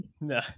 no